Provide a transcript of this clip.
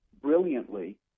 brilliantly